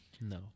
No